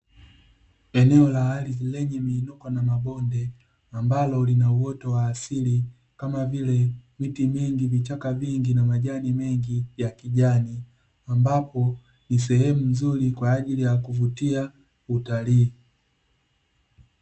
Eneo la ardhi lenye miinuko na mabonde, ambalo lina uoto wa asili kama vile: miti mingi, vichaka vingi na majani mengi ya kijani. Ambapo ni sehemu nzuri kwa ajili ya kuvutia utalii.